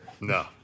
No